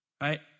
Right